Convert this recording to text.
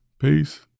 peace